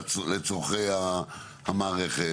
לצורכי המערכת?